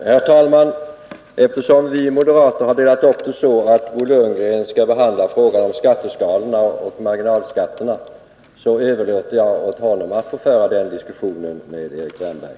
Herr talman! Eftersom vi moderater har delat upp detta ärende så att Bo Lundgren skall behandla frågan om skatteskalorna och marginalskatterna, överlåter jag åt honom att föra den diskussionen med Erik Wärnberg.